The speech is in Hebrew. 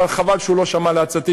אבל חבל שהוא לא שמע לעצתי.